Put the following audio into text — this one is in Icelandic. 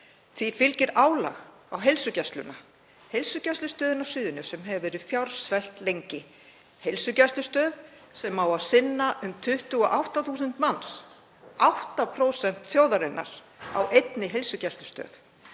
Því fylgir álag á heilsugæsluna. Heilsugæslustöðin á Suðurnesjum hefur verið fjársvelt lengi. Það er heilsugæslustöð sem á að sinna um 28.000 manns; 8% þjóðarinnar á einni heilsugæslustöð.